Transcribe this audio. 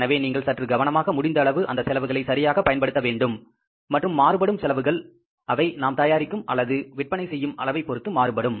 எனவே நீங்கள் சற்று கவனமாக முடிந்த அளவு அந்த செலவுகளை சரியாக பயன்படுத்த வேண்டும் மற்றும் மாறுபடும் செலவுகள் அவை நாம் தயாரிக்கும் அல்லது விற்பனை செய்யும் அளவைப் பொறுத்து மாறுபடும்